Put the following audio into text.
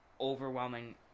overwhelming